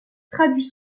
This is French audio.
traduit